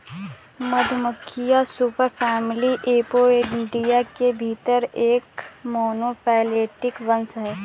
मधुमक्खियां superfamily Apoidea के भीतर एक मोनोफैलेटिक वंश हैं